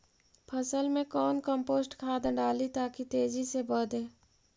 फसल मे कौन कम्पोस्ट खाद डाली ताकि तेजी से बदे?